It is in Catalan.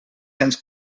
cents